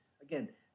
again